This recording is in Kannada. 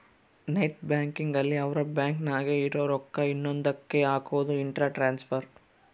ನೆಟ್ ಬ್ಯಾಂಕಿಂಗ್ ಅಲ್ಲಿ ಅವ್ರ ಬ್ಯಾಂಕ್ ನಾಗೇ ಇರೊ ರೊಕ್ಕ ಇನ್ನೊಂದ ಕ್ಕೆ ಹಕೋದು ಇಂಟ್ರ ಟ್ರಾನ್ಸ್ಫರ್